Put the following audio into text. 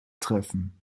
treffen